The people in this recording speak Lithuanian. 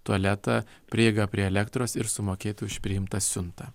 tualetą prieigą prie elektros ir sumokėti už priimtą siuntą